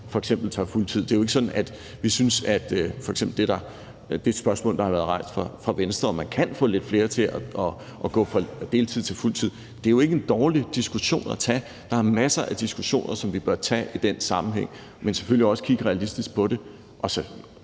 som tager fuldtid. Det er jo ikke sådan, at vi synes, at det spørgsmål, der har været rejst fra f.eks. Venstres side, om at få lidt flere til at gå fra deltid til fuldtid, er en dårlig diskussion at tage. Der er masser af diskussioner, som vi bør tage i den sammenhæng, men selvfølgelig skal vi også kigge realistisk på det